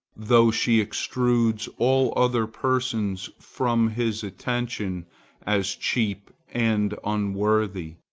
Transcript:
though she extrudes all other persons from his attention as cheap and unworthy,